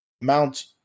Mount